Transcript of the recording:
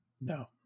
No